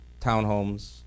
townhomes